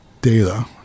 data